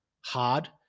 hard